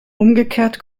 umgekehrt